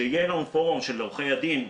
שיהיה פורום של עורכי דין,